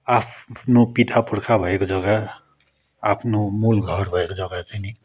आफ्नो पिता पुर्खा भएको जग्गा आफ्नो मूल घर भएको जग्गा चाहिँ नि